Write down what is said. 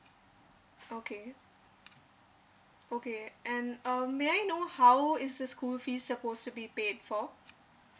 okay okay and um may I know how is the school fees suppose to be paid for